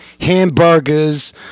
hamburgers